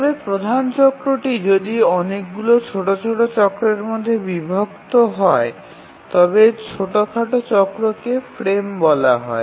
তবে প্রধান চক্রটি যদি অনেকগুলি ছোট ছোট চক্রের মধ্যে বিভক্ত হয় তবে ছোটখাটো চক্রকে ফ্রেম বলা হয়